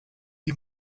die